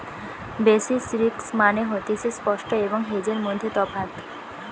basis risk মানে হতিছে spot এবং হেজের মধ্যে তফাৎ